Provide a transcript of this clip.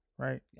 Right